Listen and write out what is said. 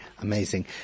amazing